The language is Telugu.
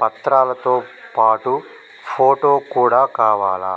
పత్రాలతో పాటు ఫోటో కూడా కావాలా?